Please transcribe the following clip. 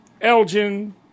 Elgin